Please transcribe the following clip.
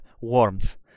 warmth